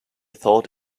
thought